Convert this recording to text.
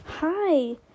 Hi